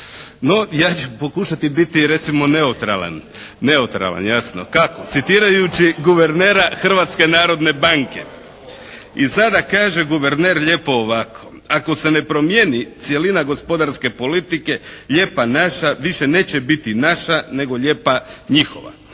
ja ću pokušati biti recimo neutralan, jasno. Kako? Citirajući guvernera Hrvatske narodne banke. I sada kaže guverner lijepo ovako: "Ako se ne promijeni cjelina gospodarske politike lijepa naša više ne će biti naša nego lijepa njihova."